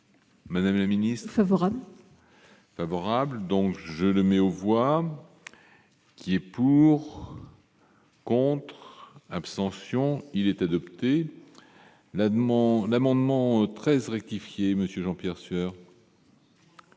Madame la Ministre favorable. Favorable, donc je le mets au. Voix qui est pour compte abstentions. Il est adopté, la demande l'amendement 13 rectifié, monsieur Jean-Pierre Sueur.